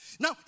Now